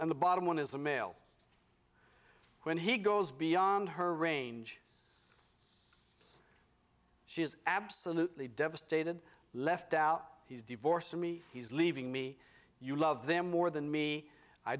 and the bottom one is a male when he goes beyond her range she is absolutely devastated left out he's divorced me he's leaving me you love them more than me i